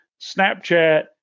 Snapchat